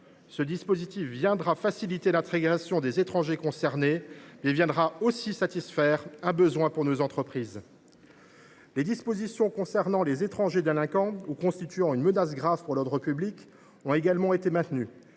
Ce dispositif facilitera l’intégration des étrangers concernés et permettra de satisfaire un besoin de nos entreprises. Les dispositions concernant les étrangers délinquants ou constituant une menace grave pour l’ordre public ont également été maintenues.